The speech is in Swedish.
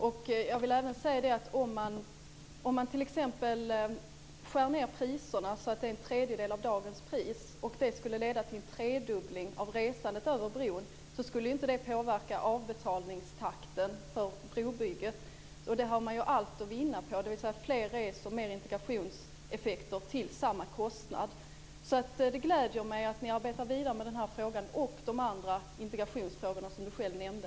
Om en sänkning priserna till t.ex. en tredjedel av dagens pris skulle leda till en tredubbling av resandet över bron skulle det inte påverka avbetalningstakten för brobygget. Man har ju allt att vinna på detta. Fler skulle resa, och man skulle få större integrationseffekter till samma kostnad. Det gläder mig att ni arbetar vidare med den här frågan och de andra integrationsfrågorna som statsrådet själv nämnde.